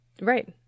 Right